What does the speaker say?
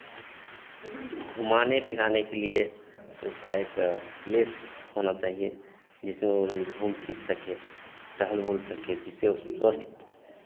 घूमाने फिराने के लिए उसका एक प्लेस होना चहिए जिसमें वो घूम फिर सके टहल उहुल सके जिससे वो स्वस्थ